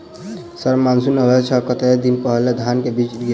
Sir monsoon आबै सऽ कतेक दिन पहिने धान केँ बीज गिराबू?